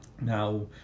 Now